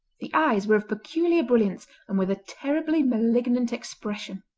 the eyes were of peculiar brilliance and with a terribly malignant expression.